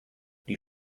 die